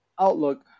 Outlook